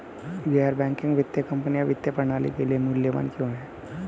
गैर बैंकिंग वित्तीय कंपनियाँ वित्तीय प्रणाली के लिए मूल्यवान क्यों हैं?